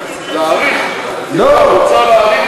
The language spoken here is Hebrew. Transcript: להאריך, מוצע להאריך